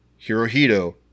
Hirohito